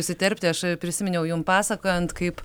įsiterpti aš prisiminiau jum pasakojant kaip